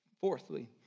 Fourthly